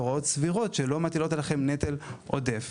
הוראות סבירות שלא מטילות עליכן נטל עודף.